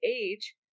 age